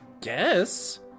guess